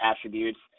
attributes